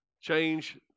change